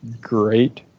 great